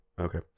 Okay